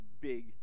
big